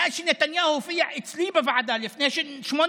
מאז שנתניהו הופיע אצלי בוועדה לפני שמונה